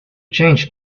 change